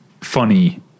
funny